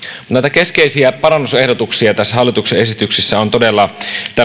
keskeisiä parannusehdotuksia tässä hallituksen esityksessä on todella